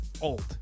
Old